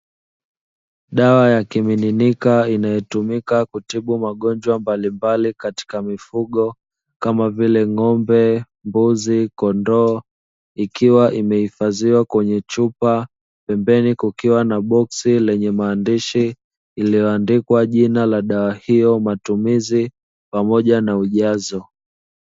Dawa ya kimiminika inayotumika kutibu magonjwa mbalimbali katika mifugo kama vile ng’ombe, mbuzi, kondoo ikiwa imehifadhiwa kwenye chupa pembeni kukiwa na boksi lenye maandishi lililoandikwa jina la dawa hiyo, matumizi pamoja na ujazo.